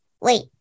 wait